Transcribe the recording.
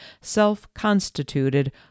self-constituted